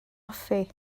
hoffi